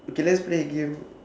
okay let's play a game